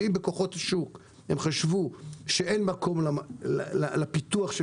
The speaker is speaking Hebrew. ואם בכוחות השוק הם חשבו שאין מקום לפיתוח של